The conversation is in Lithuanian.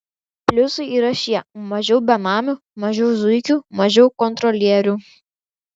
pliusai yra šie mažiau benamių mažiau zuikių mažiau kontrolierių